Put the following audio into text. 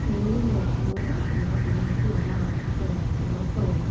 வெயிலில் இருக்கும்போது நல்லா தண்ணி ஊற்றி நல்லா வளர்க்க வளர்க்க விடுவேன்